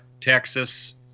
Texas